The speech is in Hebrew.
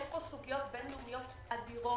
יש פה סוגיות בין-לאומיות אדירות,